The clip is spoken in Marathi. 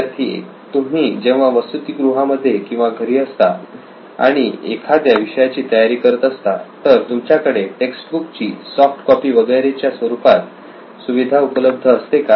विद्यार्थी 1 तुम्ही जेव्हा वसतिगृहामध्ये किंवा घरी असता आणि एखाद्या विषयाची तयारी करत असता तर तुमच्याकडे टेक्सबुक ची सॉफ्ट कॉपी वगैरे च्या स्वरूपात सुविधा उपलब्ध असते का